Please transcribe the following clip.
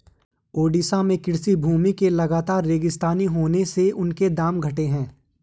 ओडिशा में कृषि भूमि के लगातर रेगिस्तानीकरण होने से उनके दाम घटे हैं